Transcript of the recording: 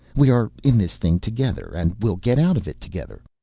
we are in this thing together and we'll get out of it together.